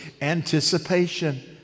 anticipation